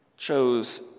Chose